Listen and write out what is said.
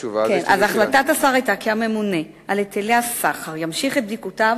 החלטת השר היתה שהממונה על היטלי הסחר ימשיך את בדיקותיו